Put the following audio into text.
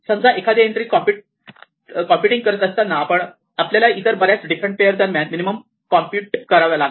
समजा एखादी entry computing करत असताना आपल्याला इतर बऱ्याच डिफरंट पेअर दरम्यान मिनिमम कॉम्प्युट कराव्या लागल्या